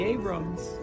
Abrams